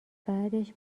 بعدش